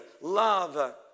love